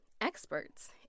experts